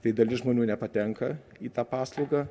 tai dalis žmonių nepatenka į tą paslaugą